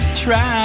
try